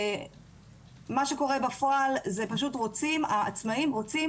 מה שקורה בפועל, העצמאיים רוצים